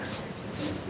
it's